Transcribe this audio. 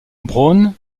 braun